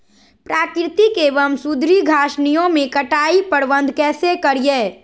प्राकृतिक एवं सुधरी घासनियों में कटाई प्रबन्ध कैसे करीये?